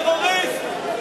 טרוריסט.